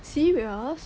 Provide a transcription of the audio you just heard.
serious